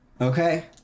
Okay